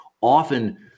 often